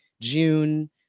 June